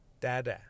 Dada